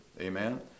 Amen